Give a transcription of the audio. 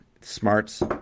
smarts